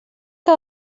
que